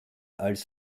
als